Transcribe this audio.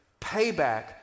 Payback